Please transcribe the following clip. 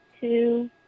two